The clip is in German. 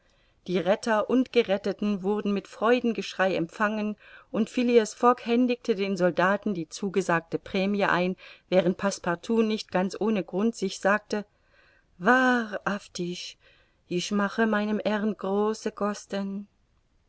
die retter und geretteten wurden mit freudengeschrei empfangen und phileas fogg händigte den soldaten die zugesagte prämie ein während passepartout nicht ganz ohne grund sich sagte wahrhaftig ich mache meinem herrn